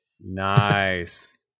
Nice